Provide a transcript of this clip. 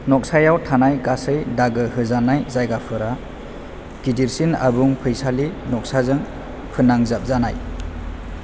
नक्सायाव थानाय गासै दागो होजानाय जायगाफोरा गिदिरसिन आबुं फैसालि नक्साजों फोनांजाबजानाय